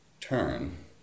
turn